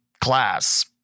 class